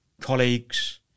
colleagues